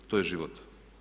To je život.